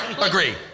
agree